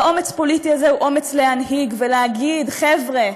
והאומץ הפוליטי הזה הוא האומץ להנהיג ולהגיד: חבר'ה,